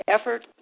effort